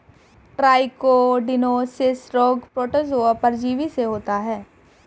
trichodinosis रोग protozoa परजीवी से होता है